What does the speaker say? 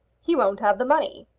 he won't have the money.